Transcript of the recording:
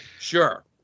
Sure